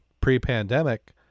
pre-pandemic